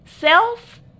Self